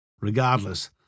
Regardless